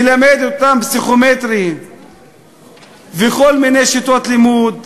מלמדת אותם פסיכומטרי וכל מיני שיטות לימוד,